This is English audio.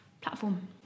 platform